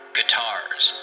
Guitars